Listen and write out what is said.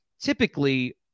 typically